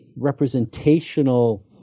representational